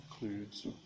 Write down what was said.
includes